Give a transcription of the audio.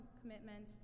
commitment